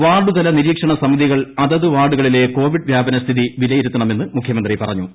ward തല നിരീക്ഷണ സമിതികൾ അതാത് വാർഡുകളിലെ കോവിഡ് വ്യാപനസ്ഥിതി വിലയിരുത്തണമെന്ന് മുഖ്യമന്ത്രി പറഞ്ഞു